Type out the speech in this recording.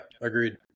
agreed